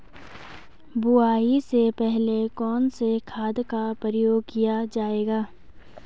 बुआई से पहले कौन से खाद का प्रयोग किया जायेगा?